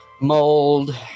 mold